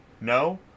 no